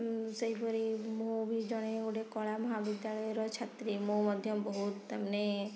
ଆଉ ସେହିପରି ମୁଁ ବି ଜଣେ ଗୋଟେ କଳା ମହାବିଦ୍ୟାଳୟର ଛାତ୍ରୀ ମୁଁ ମଧ୍ୟ ବହୁତ ତାମାନେ